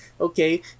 Okay